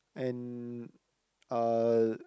and uh